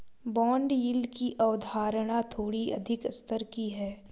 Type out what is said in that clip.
bond yield की अवधारणा थोड़ी अधिक स्तर की है